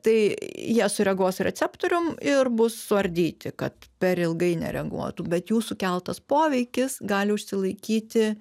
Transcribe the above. tai jie sureaguos receptorium ir bus suardyti kad per ilgai nereaguotų bet jų sukeltas poveikis gali užsilaikyti